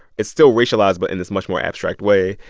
it's still racialized but in this much more abstract way.